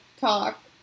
talk